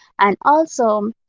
and also, um